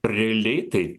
realiai tai